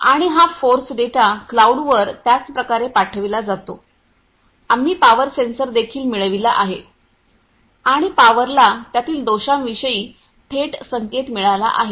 आणि हा force data क्लाऊडवर त्याचप्रकारे पाठविला जातो आम्ही पॉवर सेन्सर देखील मिळविला आहे आणि पॉवरला त्यातील दोषांविषयी थेट संकेत मिळाला आहे